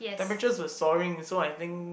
temperature was souring so I think